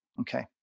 Okay